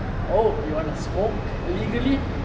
oh you want to smoke legally